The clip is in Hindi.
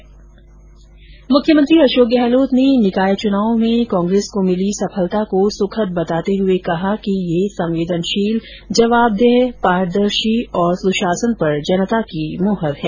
मुख्यमंत्री अशोक गहलोत ने निकाय चुनाव में कांग्रेस को मिली सफलता को सुखद बताते हुए कहा कि यह संवेदनशील जवाबदेह पारदर्शी और सुशासन पर जनता की मुहर है